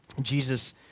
Jesus